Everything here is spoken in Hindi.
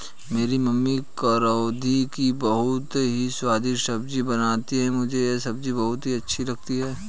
मेरी मम्मी करौंदे की बहुत ही स्वादिष्ट सब्जी बनाती हैं मुझे यह सब्जी बहुत अच्छी लगती है